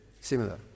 Similar